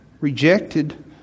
rejected